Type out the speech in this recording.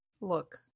Look